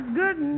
good